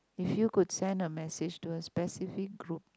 if you could send a message to a specific group